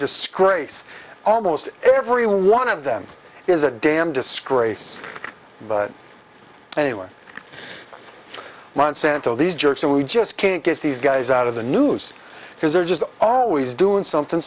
rice almost every one of them is a damn to scrape but anyone monsanto these jerks and we just can't get these guys out of the news because they're just always doing something